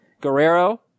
Guerrero